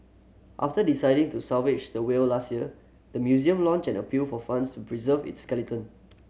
after deciding to salvage the whale last year the museum launched an appeal for funds to preserve its skeleton